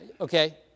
Okay